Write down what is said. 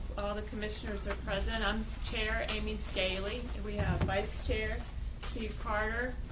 all the commissioners are president i'm chair amy scaley. we have vice chair see partner,